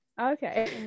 okay